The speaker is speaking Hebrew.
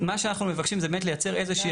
מה שאנחנו מבקשים זה באמת לייצר איזושהי